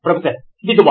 professor దిద్దుబాటు